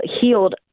healed